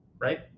right